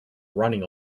running